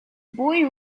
boy